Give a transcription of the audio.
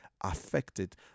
affected